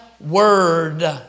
word